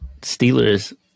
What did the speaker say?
Steelers